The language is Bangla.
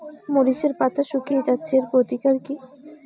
মরিচের পাতা শুকিয়ে যাচ্ছে এর প্রতিকার কি?